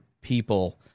people